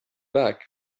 back